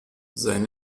sein